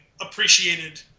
appreciated